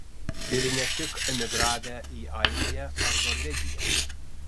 ir ne tik emigravę į airiją ar norvegiją